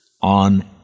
on